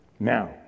Now